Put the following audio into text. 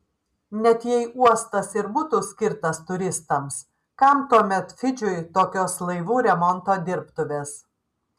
net jei uostas ir būtų skirtas turistams kam tuomet fidžiui tokios laivų remonto dirbtuvės